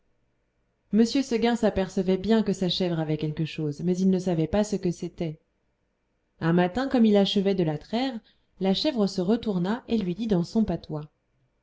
m seguin s'apercevait bien que sa chèvre avait quelque chose mais il ne savait pas ce que c'était un matin comme il achevait de la traire la chèvre se retourna et lui dit dans son patois